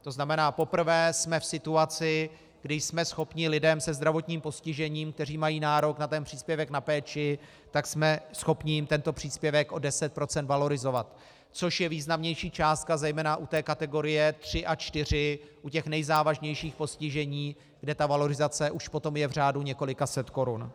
To znamená, poprvé jsme v situaci, kdy jsme schopni lidem se zdravotním postižením, kteří mají nárok na příspěvek na péči, tento příspěvek o 10 % valorizovat, což je významnější částka zejména u kategorie 3 a 4, u těch nejzávažnějších postižení, kde ta valorizace je už potom v řádu několika set korun.